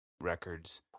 records